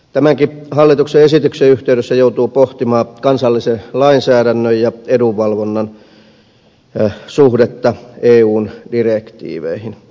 tämänkin hallituksen esityksen yhteydessä joutuu pohtimaan kansallisen lainsäädännön ja edunvalvonnan suhdetta eun direktiiveihin